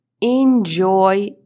enjoy